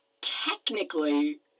technically